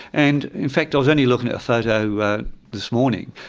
and in fact i was only looking at a photo this morning,